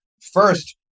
First